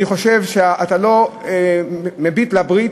אני חושב שאתה לא מביט לברית,